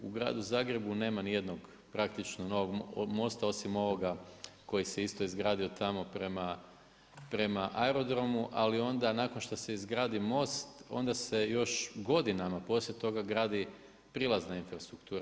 U gradu Zagrebu nema ni jednog praktično novog mosta osim ovoga koji se isto izgradio tamo prema aerodromu ali onda nakon što se izgradi most onda se još godinama poslije toga gradi prilazna infrastruktura.